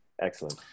excellent